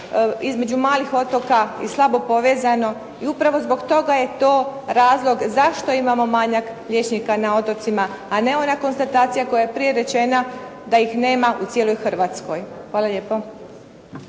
između malih otoka i slabo povezano i upravo zbog toga je to razlog zašto imamo manjak liječnika na otocima, a ne ona konstatacija koja je prije rečena da ih nema u cijeloj Hrvatskoj. Hvala lijepo.